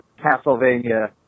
Castlevania